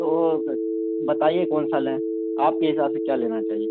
تو پھر بتائیے کون سا لیں آپ کے حساب سے کیا لینا چاہیے